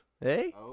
Hey